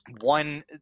one